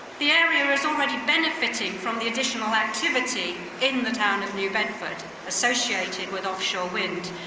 the area is already benefiting from the additional activity in the town of new bedford associated with offshore wind.